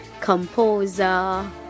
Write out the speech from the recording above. composer